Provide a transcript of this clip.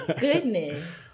Goodness